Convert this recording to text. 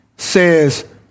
says